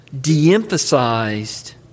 de-emphasized